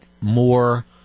more